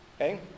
okay